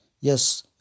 Yes